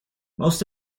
most